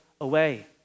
away